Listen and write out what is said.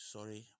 Sorry